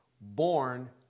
born